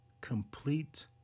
complete